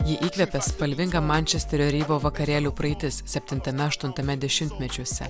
jį įkvėpė spalvinga mančesterio reivo vakarėlių praeitis septintame aštuntame dešimtmečiuose